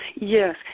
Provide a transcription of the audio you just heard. Yes